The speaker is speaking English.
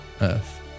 Earth